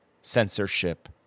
censorship